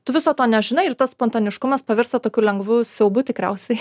tu viso to nežinai ir tas spontaniškumas pavirsta tokiu lengvu siaubu tikriausiai